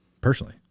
Personally